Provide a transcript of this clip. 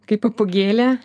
kai papūgėlė